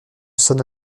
sonne